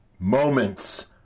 Moments